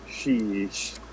Sheesh